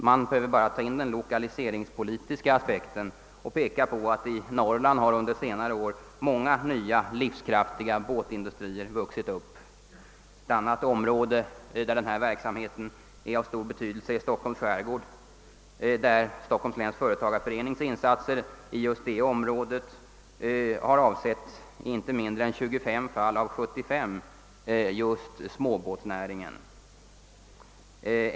Man behöver bara ta upp den lokaliseringspolitiska aspekten och peka på att det i Norrland under senare år vuxit upp många nya livskraftiga båtindustrier. Ett annat område, där denna verksamhet är av stor betydelse, är Stockholms skärgård. Stockholms läns företagareförenings insatser i det området har i inte mindre än 25 fall av totalt 75 avsett just småbåtsnäringen.